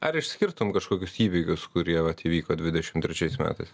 ar išskirtum kažkokius įvykius kurie vat įvyko dvidešimt trečiais metais